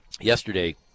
yesterday